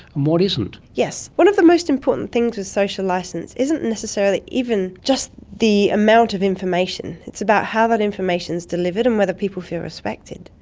and what isn't. yes. one of the most important things with social licence isn't necessarily even just the amount of information, it's about how that information is delivered and whether people feel respected.